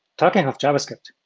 talking of javascript,